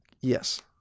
Yes